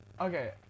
Okay